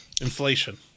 Inflation